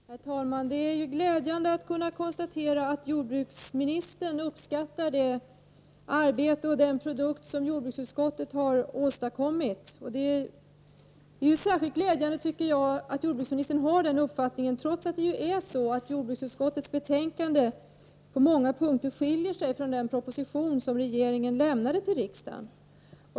Herr talman! Det är glädjande att kunna konstatera att jordbruksministern uppskattar det arbete och den produkt som jordbruksutskottet har åstadkommit. Det är särskilt glädjande att jordbruksministern har den uppfattningen, trots att jordbruksutskottets betänkande på många punkter skiljer sig från den proposition som regeringen lämnade till tiksdagen.